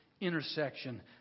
intersection